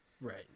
Right